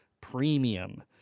Premium